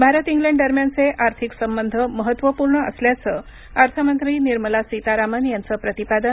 Bharat England दरम्यानचे आर्थिक संबंध महत्त्वपूर्ण असल्याचं अर्थमंत्री निर्मला सीतारामन यांचं प्रतिपादन